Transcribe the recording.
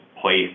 place